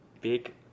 big